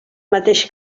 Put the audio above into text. mateix